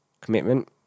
commitment